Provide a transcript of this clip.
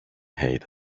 hate